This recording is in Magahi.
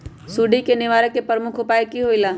सुडी के निवारण के प्रमुख उपाय कि होइला?